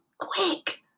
quick